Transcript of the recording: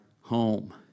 home